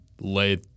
lay